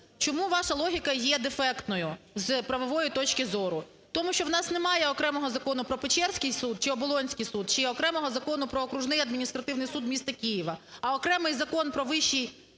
Чому ваша логіка є дефектною з правової точки зору? Тому що в нас немає окремого закону про Печерський суд чи Оболонський суд, чи окремого закону про Окружний адміністративний суд міста Києва, а окремий Закон про Вищий